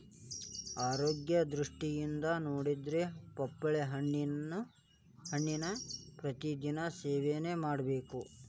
ಆರೋಗ್ಯ ದೃಷ್ಟಿಯಿಂದ ನೊಡಿದ್ರ ಪಪ್ಪಾಳಿ ಹಣ್ಣನ್ನಾ ಪ್ರತಿ ದಿನಾ ಸೇವನೆ ಮಾಡಬೇಕ